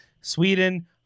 Sweden